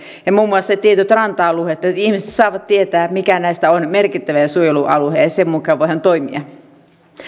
ja muun muassa tietyt ranta alueet että ihmiset saavat tietää mikä näistä on merkittävä suojelualue ja sen mukaan voidaan toimia